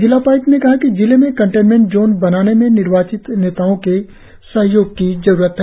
जिला उपाय्क्त ने कहा कि जिले में कंटेनमेंट जोन बनाने में निर्वाचित नेताओं के सहयोग की जरुरत है